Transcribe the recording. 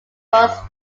was